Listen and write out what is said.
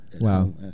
Wow